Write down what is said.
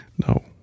No